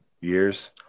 years